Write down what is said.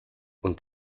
und